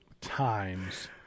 times